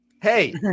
Hey